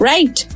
Right